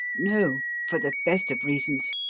no for the best of reasons.